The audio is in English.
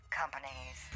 companies